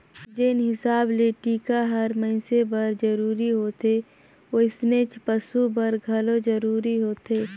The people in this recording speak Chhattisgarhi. जेन हिसाब ले टिका हर मइनसे बर जरूरी होथे वइसनेच पसु बर घलो जरूरी होथे